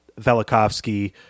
Velikovsky